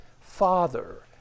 Father